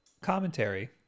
commentary